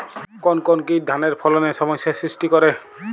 কোন কোন কীট ধানের ফলনে সমস্যা সৃষ্টি করে?